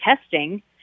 testing